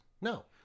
No